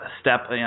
step